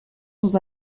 dans